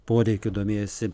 poreikiu domėjosi